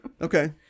Okay